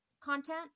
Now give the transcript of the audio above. content